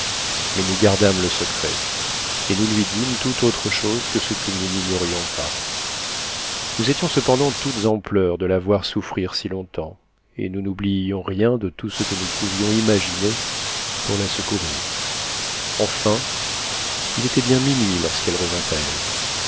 s nous gardâmes le secret et nous lui dîmes toute autre chose que ce que nous n'ignorions pas nous étions cependant toutes en pleurs de la voir souffrir si longtemps et nous n'oubliions rien de tout ce que nous pouvions imaginer pour la secourir enfin il était bien minuit lorsqu'elle revint à elle